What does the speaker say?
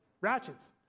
ratchets